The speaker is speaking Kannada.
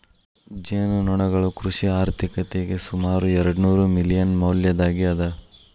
ಜೇನುನೊಣಗಳು ಕೃಷಿ ಆರ್ಥಿಕತೆಗೆ ಸುಮಾರು ಎರ್ಡುನೂರು ಮಿಲಿಯನ್ ಮೌಲ್ಯದ್ದಾಗಿ ಅದ